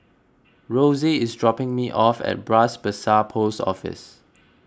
Rosy is dropping me off at Bras Basah Post Office